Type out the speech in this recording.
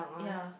ya